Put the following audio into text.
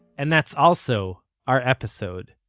and that's also, our episode.